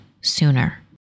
sooner